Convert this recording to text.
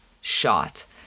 shot